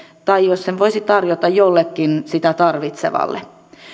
tai jos sen voisi tarjota jollekin sitä tarvitsevalle